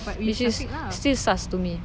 which is still sus to me